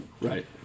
Right